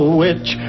witch